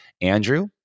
Andrew